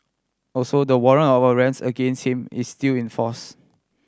also the warrant of arrest against him is still in force